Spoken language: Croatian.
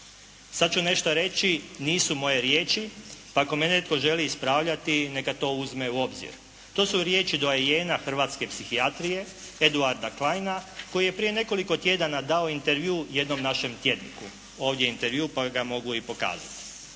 Sad ću nešto reći nisu moje riječi, pa ako me netko želi ispravljati neka to uzme u obzir. To su riječi doajena hrvatske psihijatrije Eduarda Kleina koji je prije nekoliko tjedana dao intervju jednom našem tjedniku. Ovdje je intervju, pa ga mogu i pokazati.